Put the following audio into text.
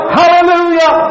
hallelujah